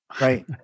right